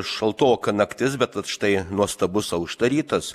šaltoka naktis bet štai nuostabus aušta rytas